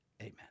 Amen